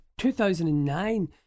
2009